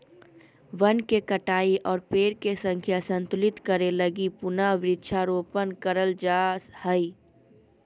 वन के कटाई और पेड़ के संख्या संतुलित करे लगी पुनः वृक्षारोपण करल जा हय